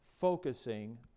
focusing